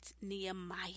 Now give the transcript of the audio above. Nehemiah